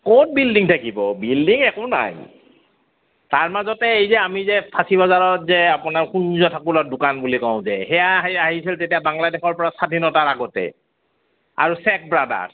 ক'ত বিল্ডিং থাকিব বিল্ডিং একো নাই তাৰ মাজতে এই যে আমি যে ফাঁচি বজাৰত যে আপোনাৰ কুঞ্জ ঠাকুৰৰ দোকান বুলি কওঁ যে সেয়া সেই আহিছিল তেতিয়া বাংলাদেশৰ পৰা স্বাধীনতাৰ আগতে আৰু শেখ ব্ৰাদাৰ্ছ